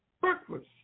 breakfast